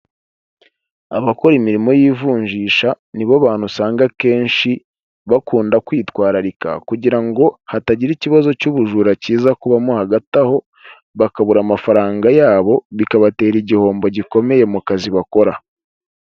Abakora imirimo y'ivunjisha, nibo bantu usanga akenshi bakunda kwitwararika, kugira ngo hatagira ikibazo cy'ubujura kiza kubamo hagati aho, bakabura amafaranga yabo, bikabatera igihombo gikomeye mu kazi bakora.